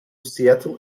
seattle